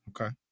Okay